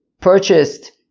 purchased